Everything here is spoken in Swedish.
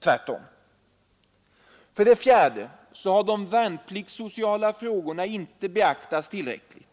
tvärtom. 4. De värnpliktssociala frågorna har inte beaktats tillräckligt.